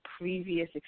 previous